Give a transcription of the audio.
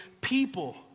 people